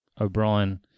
O'Brien